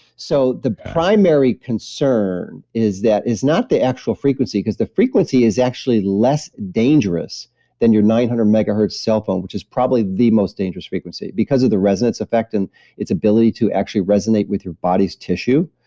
so the primary concern is that it's not the actual frequency because the frequency is actually less dangerous than your nine hundred megahertz cell phone, which is probably the most dangerous frequency because of the resonance effect and its ability to actually resonate with your body's tissue.